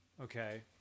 Okay